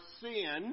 sin